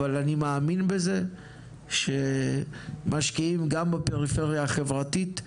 אבל אני מאמין בזה שמשקיעים גם בפריפריה החברתית,